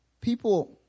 People